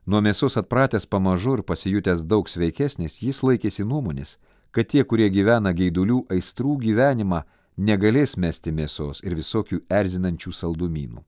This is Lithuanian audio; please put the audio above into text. nuo mėsos atpratęs pamažu ir pasijutęs daug sveikesnis jis laikėsi nuomonės kad tie kurie gyvena geidulių aistrų gyvenimą negalės mesti mėsos ir visokių erzinančių saldumynų